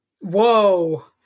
Whoa